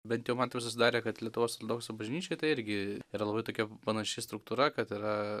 bent jau man taip susidarė kad lietuvos ortodoksų bažnyčioj tai irgi yra labai tokia panaši struktūra kad yra